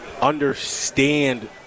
understand